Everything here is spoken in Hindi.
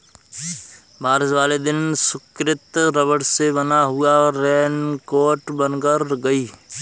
बारिश वाले दिन सुकृति रबड़ से बना हुआ रेनकोट पहनकर गई